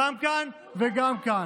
גם כאן וגם כאן.